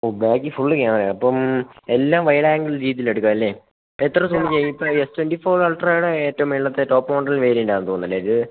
ഓ ബാക്കില് ഫുള് ക്യാമറയാണ് അപ്പം എല്ലാം വൈഡ് ആങ്കിൾ രീതിയിൽ എടുക്കാമല്ലെ എത്ര സൂം ചെയ്യാം ഇപ്പോള് എസ് ട്വൻറ്റി ഫോർ ആൾട്രയുടെ ഏറ്റവും മുകളിലത്തെ ടോപ്പ് മോഡൽ വേരിയൻറ്റാണെന്ന് തോന്നുന്നുവല്ലേ ഇത്